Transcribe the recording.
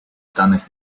danych